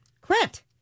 quit